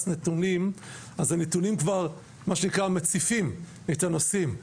נתונים אז הנתונים כבר מה שנקרא מציפים את הנושאים.